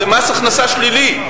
זה מס הכנסה שלילי,